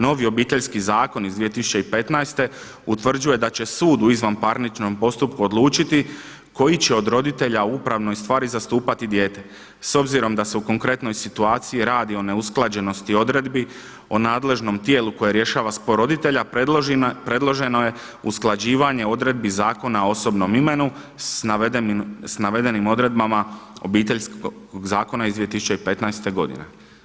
Novi Obiteljski zakon iz 2015. utvrđuje da će sud u izvanparničnom postupku odlučiti koji će od roditelja u upravnoj stvari zastupati dijete s obzirom da se u konkretnoj situaciji radi o neusklađenosti odredbi o nadležnom tijelu koje rješava spor roditelja predloženo je usklađivanje odredbi Zakona o osobnom imenu sa navedenim odredbama Obiteljskog zakona iz 2015. godine.